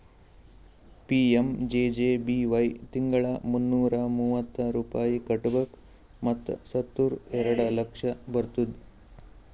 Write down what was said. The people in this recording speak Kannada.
ಪಿ.ಎಮ್.ಜೆ.ಜೆ.ಬಿ.ವೈ ತಿಂಗಳಾ ಮುನ್ನೂರಾ ಮೂವತ್ತು ರೂಪಾಯಿ ಕಟ್ಬೇಕ್ ಮತ್ ಸತ್ತುರ್ ಎರಡ ಲಕ್ಷ ಬರ್ತುದ್